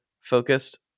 focused